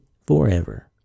forever